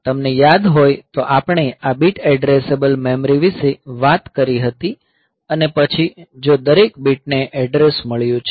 તમને યાદ હોય તો આપણે આ બીટ એડ્રેસેબલ મેમરી વિશે વાત કરી હતી અને પછી જો દરેક બીટને એડ્રેસ મળ્યું છે